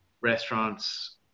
restaurants